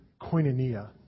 koinonia